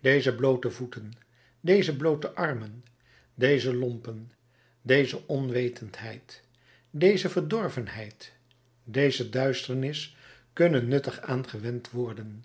deze bloote voeten deze bloote armen deze lompen deze onwetendheid deze verdorvenheid deze duisternis kunnen nuttig aangewend worden